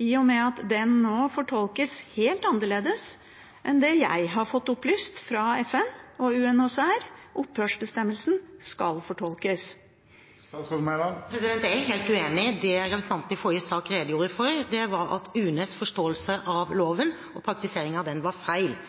i og med at den nå fortolkes helt annerledes enn det jeg har fått opplyst fra FN og UNHCR at opphørsbestemmelsen skal fortolkes? Det er jeg helt uenig i. Det representanten i forrige sak redegjorde for, var at UNEs forståelse av loven og praktiseringen av den var de facto feil.